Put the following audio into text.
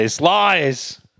lies